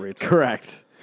Correct